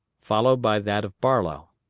followed by that of barlow.